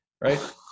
Right